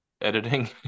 editing